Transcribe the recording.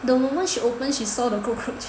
the woman she open she saw the cockroach